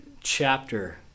chapter